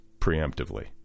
preemptively